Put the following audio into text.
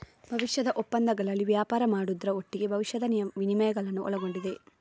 ಭವಿಷ್ಯದ ಒಪ್ಪಂದಗಳಲ್ಲಿ ವ್ಯಾಪಾರ ಮಾಡುದ್ರ ಒಟ್ಟಿಗೆ ಭವಿಷ್ಯದ ವಿನಿಮಯಗಳನ್ನ ಒಳಗೊಂಡಿದೆ